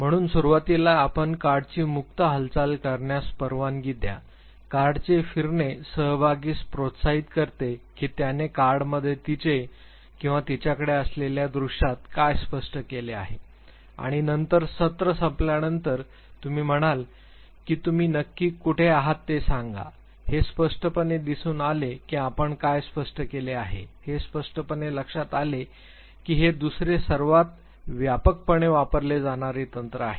म्हणून सुरुवातीला आपण कार्डची मुक्त हालचाल करण्यास परवानगी द्या कार्डचे फिरणे सहभागीस प्रोत्साहित करते की त्याने कार्डमध्ये तिचे किंवा तिच्याकडे असलेल्या दृश्यात काय स्पष्ट केले आहे आणि नंतर सत्र संपल्यानंतर तुम्ही म्हणाल की तुम्ही नक्की कुठे आहात ते मला सांगा हे स्पष्टपणे दिसून आले की आपण काय स्पष्ट केले आहे हे स्पष्टपणे लक्षात आले की हे दुसरे सर्वात व्यापकपणे वापरले जाणारे तंत्र आहे